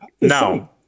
Now